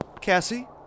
Cassie